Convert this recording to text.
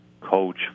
coach